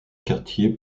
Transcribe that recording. quartier